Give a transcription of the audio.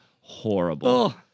horrible